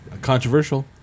Controversial